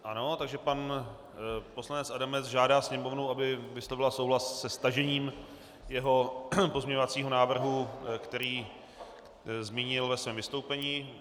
Ano, takže pan poslanec Adamec žádá Sněmovnu, aby vyslovila souhlas se stažením jeho pozměňovacího návrhu, který zmínil ve svém vystoupení.